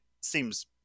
seems